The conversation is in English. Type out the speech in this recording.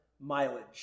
mileage